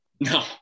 No